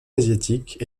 asiatiques